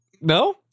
no